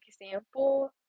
example